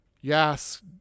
Yes